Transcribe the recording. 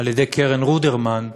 על-ידי קרן רודרמן,